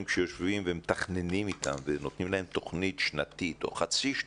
שיושבים ומתכננים אתם ונותנים להם תוכנית שנתית או חצי שנתית,